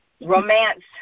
romance